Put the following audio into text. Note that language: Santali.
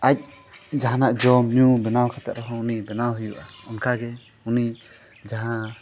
ᱟᱡ ᱡᱟᱦᱟᱱᱟᱜ ᱡᱚᱢᱼᱧᱩ ᱵᱮᱱᱟᱣ ᱠᱟᱛᱮᱫ ᱨᱮᱦᱚᱸ ᱩᱱᱤ ᱵᱮᱱᱟᱣ ᱦᱩᱭᱩᱜᱼᱟ ᱚᱱᱠᱟᱜᱮ ᱩᱱᱤ ᱡᱟᱦᱟᱸ